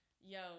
Yo